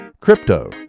Crypto